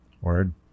Word